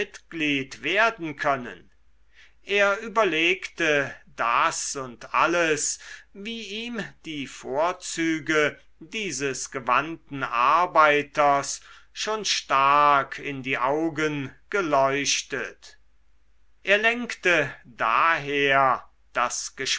werden können er überlegte das und alles wie ihm die vorzüge dieses gewandten arbeiters schon stark in die augen geleuchtet er lenkte daher